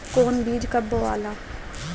कौन बीज कब बोआला?